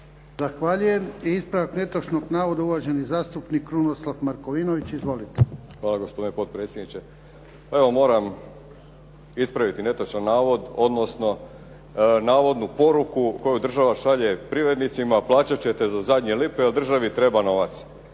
Zahvaljujem. I ispravak netočnog navoda uvaženi zastupnik Krunoslav Markovinović. Izvolite. **Markovinović, Krunoslav (HDZ)** Hvala gospodine potpredsjedniče. Pa evo, moram ispraviti netočan navod odnosno navodnu poruku koju država šalje privrednicima "Plaćat ćete do zadnje lipe jer državi treba novac.".